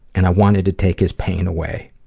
and i wanted to take his pain away.